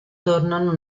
tornano